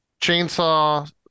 Chainsaw